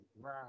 right